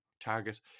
target